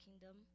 kingdom